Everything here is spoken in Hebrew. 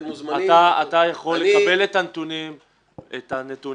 אתם מוזמנים --- אתה יכול לקבל את הנתונים הברורים,